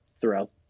throughout